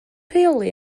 rheoli